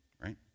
right